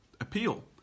appeal